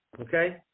Okay